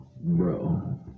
Bro